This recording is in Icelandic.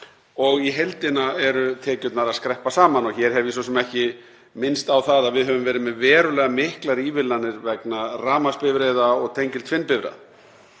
og í heildina eru tekjurnar að skreppa saman. Og hér hef ég svo sem ekki minnst á það að við höfum verið með verulega miklar ívilnanir vegna rafmagnsbifreiða og tengitvinnbifreiða.